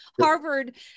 Harvard